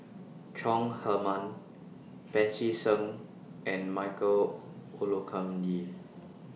Chong Heman Pancy Seng and Michael Olcomendy